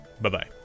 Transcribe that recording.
Bye-bye